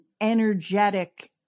energetic